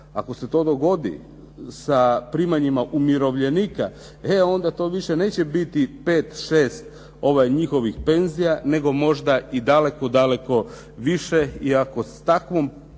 Ako se to dogodi sa primanjima umirovljenika e onda to više neće biti pet, šest njihovih penzija nego možda i daleko više i ako s takvom politikom